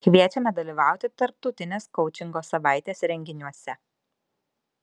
kviečiame dalyvauti tarptautinės koučingo savaitės renginiuose